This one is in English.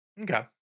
Okay